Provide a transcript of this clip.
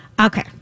Okay